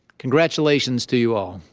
congratulations to you all.